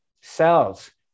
cells